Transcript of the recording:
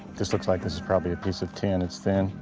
this looks like this is probably a piece of tin, it's thin.